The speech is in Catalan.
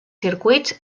circuits